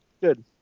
Good